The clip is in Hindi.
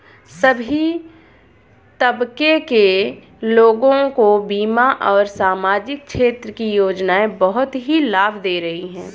सभी तबके के लोगों को बीमा और सामाजिक क्षेत्र की योजनाएं बहुत ही लाभ दे रही हैं